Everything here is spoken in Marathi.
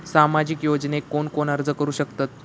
सामाजिक योजनेक कोण कोण अर्ज करू शकतत?